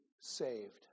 saved